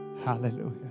Hallelujah